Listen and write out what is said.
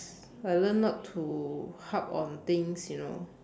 I learnt not to harp on things you know